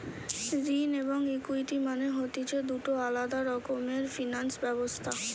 ঋণ এবং ইকুইটি মানে হতিছে দুটো আলাদা রকমের ফিনান্স ব্যবস্থা